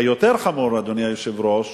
היותר חמור, אדוני היושב-ראש,